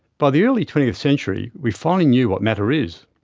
by the early twentieth century, we finally knew what matter is.